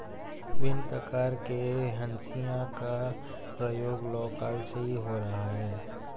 भिन्न प्रकार के हंसिया का प्रयोग लौह काल से ही हो रहा है